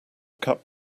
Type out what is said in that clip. cup